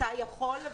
אתה יכול,